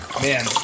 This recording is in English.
Man